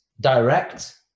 direct